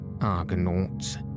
argonauts